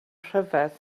rhyfedd